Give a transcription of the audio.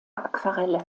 aquarelle